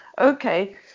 okay